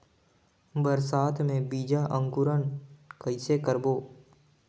बरसात मे बीजा अंकुरण कइसे करबो?